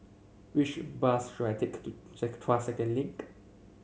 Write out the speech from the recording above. which bus should I take to Tuas Second Link